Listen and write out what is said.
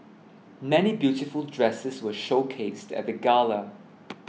many beautiful dresses were showcased at the gala